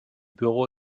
büro